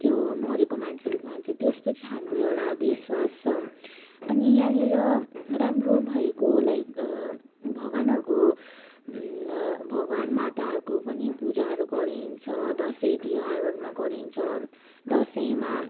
त्यो मरेको मान्छेले भन्छ त्यस्तो चाहिँ हाम्रो एउटा विश्वास छ अनि यहाँनिर राम्रो भएको लाइक भगवानहरूको भगवान् माताहरूको पनि पूजाहरू गरिन्छ दसैँ तिहारहरूमा गरिन्छ दसैँमा